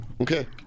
Okay